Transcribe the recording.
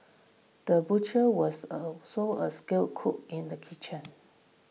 the butcher was also a skilled cook in the kitchen